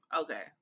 Okay